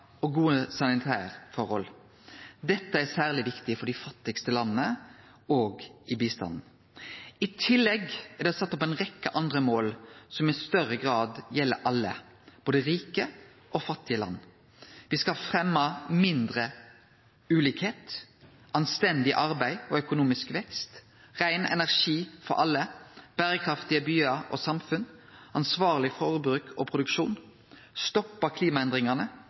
og gode sanitærforhold. Dette er særleg viktig for dei fattigaste landa og i bistanden. I tillegg er det sett opp ei rekkje andre mål som i større grad gjeld alle, både rike og fattige land. Me skal fremje mindre ulikheit, anstendig arbeid og økonomisk vekst, rein energi for alle, berekraftige byer og samfunn, ansvarleg forbruk og produksjon, stoppe klimaendringane,